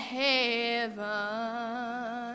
heaven